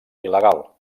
il·legal